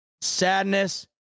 Sadness